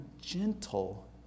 gentle